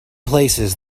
places